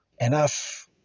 enough